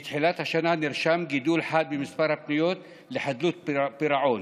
מתחילת השנה נרשם גידול חד במספר הפניות לחדלות פירעון,